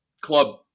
club